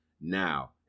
now